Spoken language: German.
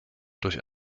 durch